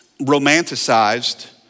romanticized